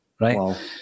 right